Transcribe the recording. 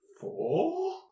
four